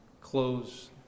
Close